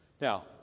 Now